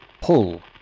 pull